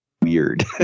weird